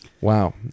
Wow